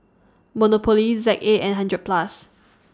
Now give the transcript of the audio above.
Monopoly Z A and hundred Plus